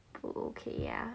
okay ya